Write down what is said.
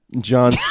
John